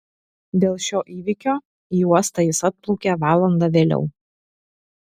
dėl šio įvykio į uostą jis atplaukė valanda vėliau